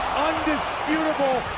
undisputable.